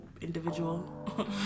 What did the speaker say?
individual